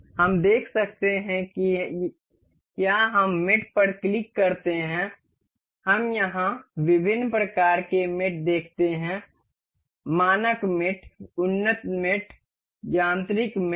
हम देख सकते हैं कि क्या हम मेट पर क्लिक करते हैं हम यहां विभिन्न प्रकार के मेट देख सकते हैं मानक मेट उन्नत मेट यांत्रिक मेट